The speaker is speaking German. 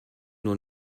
nur